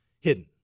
hidden